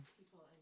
people